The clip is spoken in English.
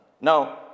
No